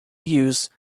use